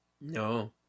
No